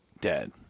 Dead